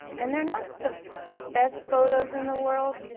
and they're not the best photos in the world.